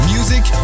Music